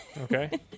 Okay